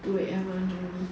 wait ah